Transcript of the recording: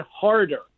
harder